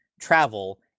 travel